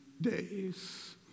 days